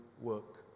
work